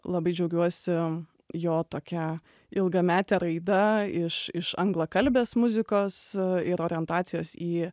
labai džiaugiuosi jo tokia ilgamete raida iš iš anglakalbės muzikos ir orientacijos į